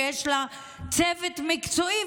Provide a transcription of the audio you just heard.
שיש לה צוות מקצועי,